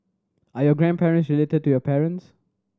are your grandparents related to your parents